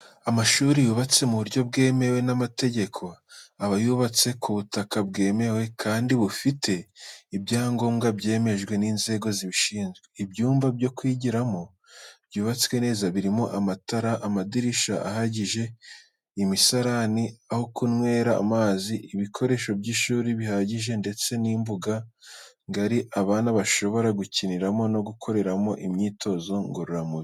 Amashuri yubatse mu buryo bwemewe n'amategeko, aba yubatse ku butaka bwemewe kandi bufite ibyangombwa byemejwe n'inzego zibishinzwe, ibyumba byo kwigiramo byubatse neza birimo amatara, amadirishya ahagije, imisarani, aho kunywera amazi, ibikoresho by’ishuri bihagije ndetse n'imbuga ngari abana bashobora gukiniramo no gukoreramo imyitozo ngororamubiri.